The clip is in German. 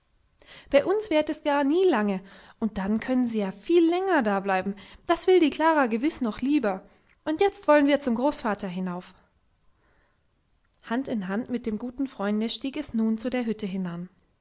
bei uns währt es gar nie lange und dann können sie ja viel länger dableiben das will die klara gewiß noch lieber und jetzt wollen wir zum großvater hinauf hand in hand mit dem guten freunde stieg es nun zu der hütte hinan